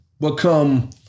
become